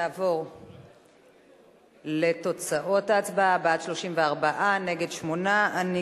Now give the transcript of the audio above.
נעבור לתוצאות ההצבעה: 34 בעד, שמונה נגד.